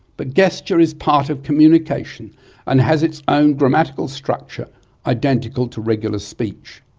but gesture is part of communication and has its own grammatical structure identical to regular speech.